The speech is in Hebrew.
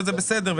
וזה בסדר,